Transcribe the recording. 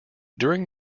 during